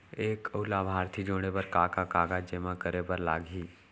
एक अऊ लाभार्थी जोड़े बर का का कागज जेमा करे बर लागही?